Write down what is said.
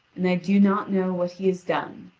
and i do not know what he has done.